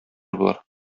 болар